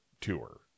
tour